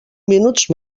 minuts